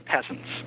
peasants